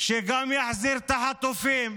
שגם יחזיר את החטופים.